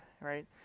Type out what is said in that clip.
right